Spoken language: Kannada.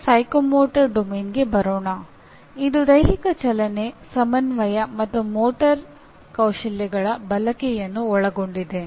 ಈಗ ಸೈಕೋಮೋಟರ್ ಡೊಮೇನ್ಗೆ ಬರೋಣ ಇದು ದೈಹಿಕ ಚಲನೆ ಸಮನ್ವಯ ಮತ್ತು ಮೋಟಾರ್ ಕೌಶಲ್ಯಗಳ ಬಳಕೆಯನ್ನು ಒಳಗೊಂಡಿದೆ